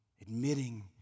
Admitting